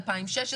2016,